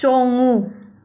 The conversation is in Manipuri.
ꯆꯣꯡꯉꯨ